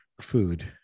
Food